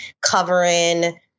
covering